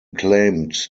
claimed